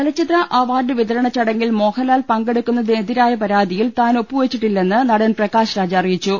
ചലച്ചിത്ര അവാർഡ് വിതരണ ചടങ്ങിൽ മോഹൻലാൽ പങ്കെ ടുക്കുന്നതിനെതിരായ പരാതിയിൽ താൻ ഒപ്പുവെച്ചിട്ടില്ലെന്ന് നടൻ പ്രകാശ് രാജ് അറിയിച്ചു